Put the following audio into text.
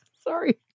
Sorry